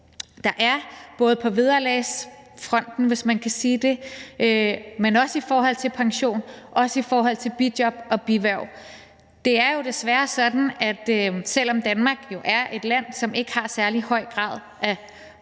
der er, både på vederlagsfronten, hvis man kan sige det, men også i forhold til pension og i forhold til bijob og bihverv. Det er jo desværre sådan, at selv om Danmark er et land, som ikke har en særlig en høj grad af korruption,